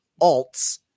Alts